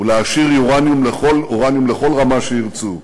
ולהעשיר אורניום לכל רמה שירצו,